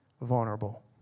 vulnerable